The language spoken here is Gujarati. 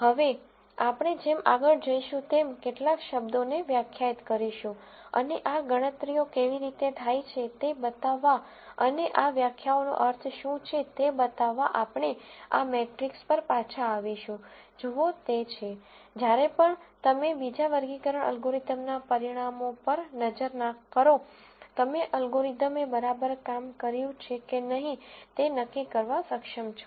હવે આપણે જેમ આગળ જઈશું તેમ કેટલાક શબ્દોને વ્યાખ્યાયિત કરીશું અને આ ગણતરીઓ કેવી રીતે થાય છે તે બતાવવા અને આ વ્યાખ્યાઓનો અર્થ શું છે તે બતાવવા આપણે આ મેટ્રિક્સ પર પાછા આવીશું જુઓ તે છે જયારે પણ તમે બીજા વર્ગીકરણ અલ્ગોરિધમના પરિણામો પર નજર કરો તમે એલ્ગોરિધમ એ બરાબર કામ કર્યું છે કે નહીં તે નક્કી કરવા સક્ષમ છો